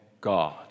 God